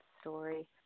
story